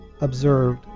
observed